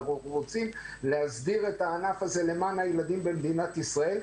אנחנו רוצים להסדיר את הענף הזה למען הילדים במדינת ישראל,